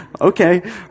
Okay